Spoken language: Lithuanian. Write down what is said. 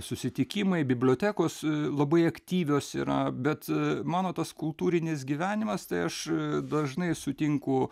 susitikimai bibliotekos labai aktyvios yra bet mano tas kultūrinis gyvenimas tai aš dažnai sutinku